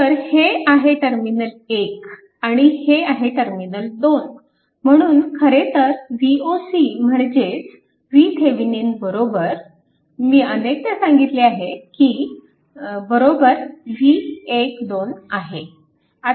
तर हे आहे टर्मिनल 1 आणि हे आहे टर्मिनल 2 म्हणून खरेतर Voc म्हणजेच VThevenin मी अनेकदा सांगितले आहे की V12 आहे